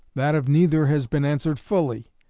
that of neither has been answered fully.